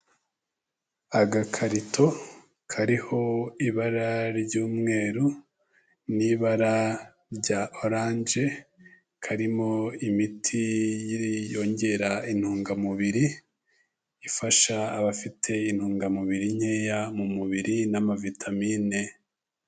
Agakarito kariho ibara ry'umweru n'ibara rya oranje, karimo imiti yongera intungamubiri, ifasha abafite intungamubiri nkeya mu mubiri n'amavitamine.